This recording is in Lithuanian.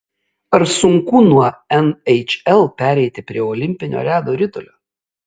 ar sunku nuo nhl pereiti prie olimpinio ledo ritulio